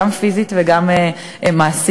גם פיזית וגם מעשית.